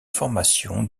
formation